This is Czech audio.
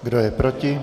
Kdo je proti?